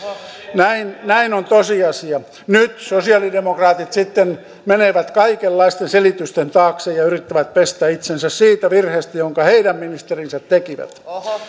näin näin on tosiasia nyt sosiaalidemokraatit sitten menevät kaikenlaisten selitysten taakse ja yrittävät pestä itsensä siitä virheestä jonka heidän ministerinsä tekivät